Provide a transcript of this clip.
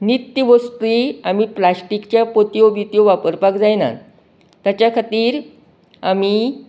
नित्य वस्ती आमी प्लास्टिकच्यो पोतयो बी त्यो वापरपाक जायना ताच्या खातीर आमी